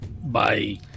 bye